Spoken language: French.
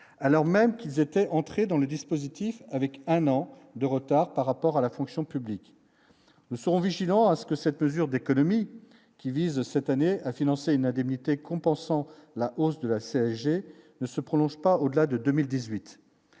alors même qu'ils aient. Entrée dans le dispositif avec un an de retard. Par rapport à la fonction publique, nous serons vigilants à ce que cette mesure d'économie qui vise cette année à financer une indemnité compensant la hausse de la CSG ne se prononce pas au-delà de 2018,